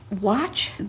Watch